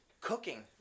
cooking